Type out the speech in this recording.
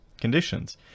conditions